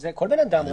זה כל בן אדם רשאי.